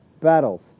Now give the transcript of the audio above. battles